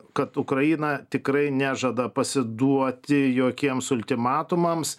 kad ukraina tikrai nežada pasiduoti jokiems ultimatumams